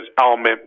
element